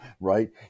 right